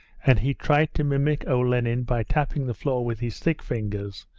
and he tried to mimic olenin by tapping the floor with his thick fingers,